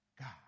God